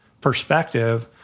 perspective